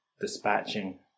dispatching